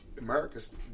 America's